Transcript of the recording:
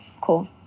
Cool